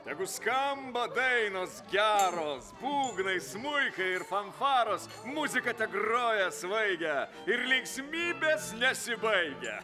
tegu skamba dainos geros būgnai smuikai ir fanfaros muzika tegroja svaigę ir linksmybės nesibaigia